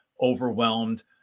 overwhelmed